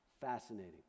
fascinating